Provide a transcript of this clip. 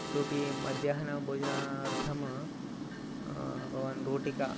इतोऽपि मध्याह्नभोजनार्थं भवान् रोटिकां